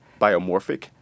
biomorphic